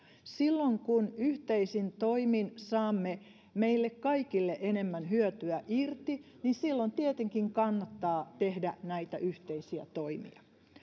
silloin kun yhteisin toimin saamme meille kaikille enemmän hyötyä irti niin silloin tietenkin kannattaa tehdä näitä yhteisiä toimia